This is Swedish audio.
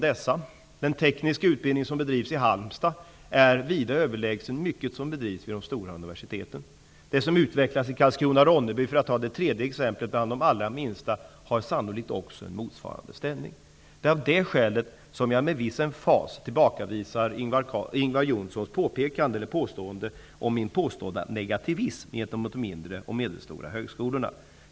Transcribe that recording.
Den tekniska utbildning som bedrivs i Halmstad är vida överlägsen mycket av utbildningen vid de stora universiteten. Karlskrona/Ronneby har en av de allra minsta högskolorna, och det som utvecklas där har sannolikt en motsvarande ställning. Det är av det skälet som jag med viss emfas tillbakavisar Ingvar Johnssons påstående om min negativism gentemot de mindre och medelstora högskolorna.